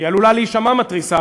היא עלולה להישמע מתריסה,